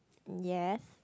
yes